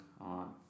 on